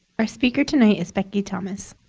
our speaker tonight is becky thomas.